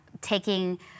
taking